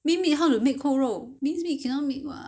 mince meat how to make 扣肉 mince meat cannot make [what]